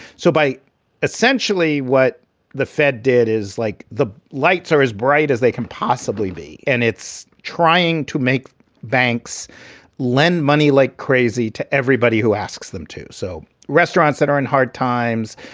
so by essentially what the fed did is like the lights are as bright as they can possibly be. and it's trying to make banks lend money like crazy to everybody who asks them to. so restaurants that are in hard times,